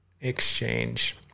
exchange